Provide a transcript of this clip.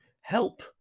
help